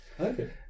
Okay